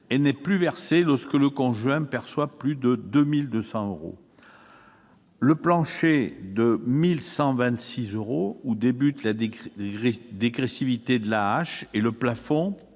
n'est plus versée lorsque le conjoint perçoit plus de 2 200 euros. Le plancher de 1 126 euros, qui déclenche la dégressivité de l'AAH, et le plafond